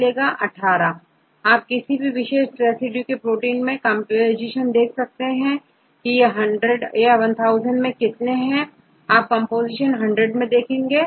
छात्र 18 Student 100 आप किसी भी विशेष रेसिड्यू का प्रोटीन में कंपोजीशन याद कर सकते हैं चाहे यह100 या1000 हो आप कंपोजीशन हंड्रेड में देखेंगे